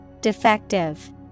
Defective